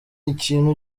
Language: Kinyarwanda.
ikintu